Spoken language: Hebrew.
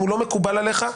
אם לא מקובל עליך,